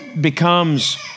becomes